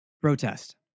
protest